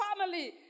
family